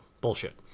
Bullshit